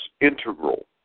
integral